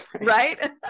right